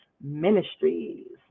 Ministries